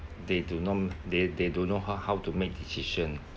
they do not they they don't know how how to make decision